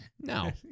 no